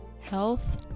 Health